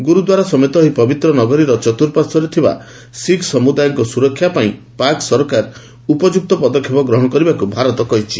ଗୁରୁଦ୍ୱାରା ସମେତ ଏହି ପବିତ୍ର ନଗରୀର ଚତୁଃପାର୍ଶ୍ୱରେ ଥିବା ଶିଖ ସମୁଦାୟଙ୍କ ସୁରକ୍ଷା ପାଇଁ ପାକ୍ ସରକାର ଉପଯୁକ୍ତ ପଦକ୍ଷେପ ଗ୍ରହଣ କରିବାକୁ ଭାରତ କହିଛି